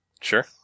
Sure